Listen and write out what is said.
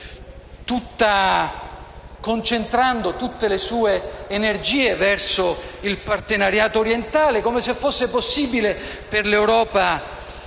concentrando tutte le sue energie verso il partenariato orientale come se fosse possibile per l'Europa